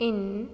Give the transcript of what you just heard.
in